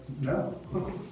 No